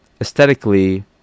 aesthetically